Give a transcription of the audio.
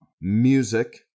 music